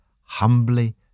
humbly